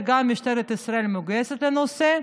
גם משטרת ישראל מגויסת לנושא,